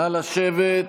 נא לשבת.